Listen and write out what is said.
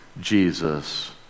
Jesus